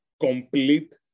complete